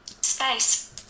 space